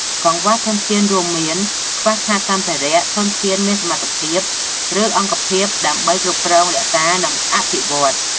កង្វះធនធានរួមមាន ខ្វះខាតសម្ភារៈ ធនធានមានសមត្ថភាព ឬអង្គភាពដើម្បីគ្រប់គ្រង រក្សា និងអភិវឌ្ឍ។